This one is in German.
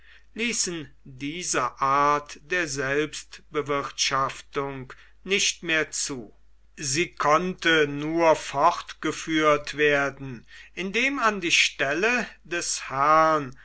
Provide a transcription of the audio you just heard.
ließen diese art der selbstbewirtschaftung nicht mehr zu sie konnte nur fortgeführt werden indem an die stelle des herrn